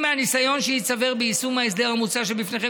עם הניסיון שייצבר ביישום ההסדר המוצע שבפניכם